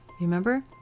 Remember